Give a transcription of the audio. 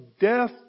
death